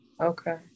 Okay